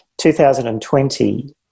2020